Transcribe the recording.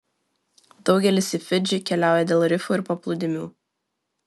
daugelis į fidžį keliauja dėl rifų ir paplūdimių